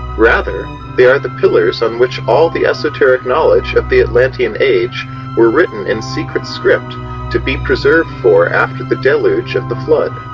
rather they are pillars on which all the esoteric knowledge of the atlantean age were written in secret script to be preserved for after the deluge of the flood.